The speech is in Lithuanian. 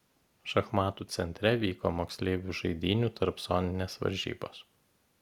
šachmatų centre vyko moksleivių žaidynių tarpzoninės varžybos